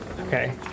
Okay